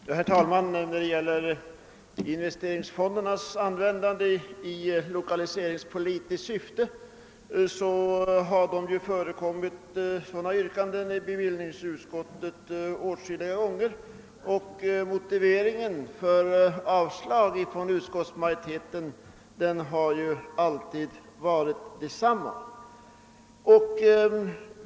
Herr talman! Yrkanden om investeringsfondernas användning i lokaliseringspolitiskt syfte har åtskilliga gånger behandlats av bevillningsutskottet. Utskottsmajoritetens motivering för sitt avslagsyrkande har alltid varit densamma.